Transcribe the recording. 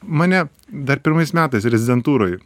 mane dar pirmais metais rezidentūroj